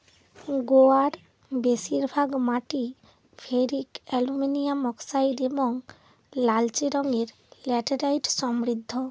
গোয়ার বেশিরভাগ মাটি ফেরিক অ্যালুমিনিয়াম অক্সাইড এবং লালচে রঙের ল্যাটেরাইট সমৃদ্ধ